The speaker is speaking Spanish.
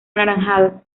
anaranjado